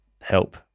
help